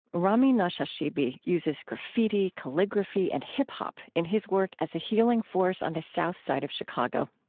rami nashashibi uses graffiti, calligraphy, and hip-hop in his work as a healing force on the south side of chicago.